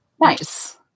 nice